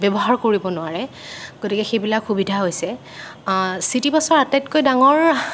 ব্যৱহাৰ কৰিব নোৱাৰে গতিকে সেইবিলাক সুবিধা হৈছে চিটিবাছৰ আটাইতকৈ ডাঙৰ